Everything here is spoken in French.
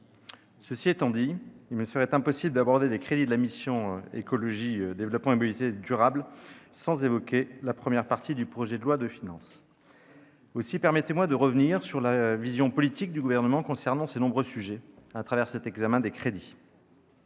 Cela étant dit, il me serait impossible d'aborder les crédits de la mission « Écologie, développement et mobilités durables » sans évoquer la première partie du projet de loi de finances. Aussi, permettez-moi de revenir sur la vision politique du Gouvernement concernant ces nombreux sujets, à travers l'examen des crédits.